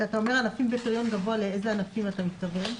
כשאתה אומר "ענפים בפריון גבוה" לאיזה ענפים אתה מתכוון?